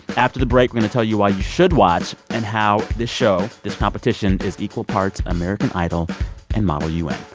after the break, we're going to tell you why you should watch and how this show, this competition, is equal parts american idol and model un.